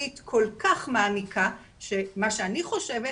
מקצועית כל כך מעמיקה שמה שאני חושבת